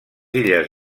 illes